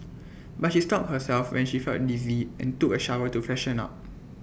but she stopped herself when she felt dizzy and took A shower to freshen up